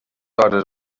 hores